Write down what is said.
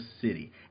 City